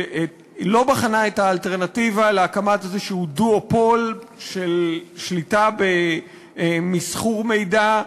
היא לא בחנה את האלטרנטיבה להקמת איזה דואופול של שליטה במסחור מידע,